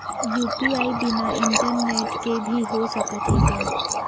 UPI बिना internet के भी हो सकत हे का?